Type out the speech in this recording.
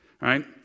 right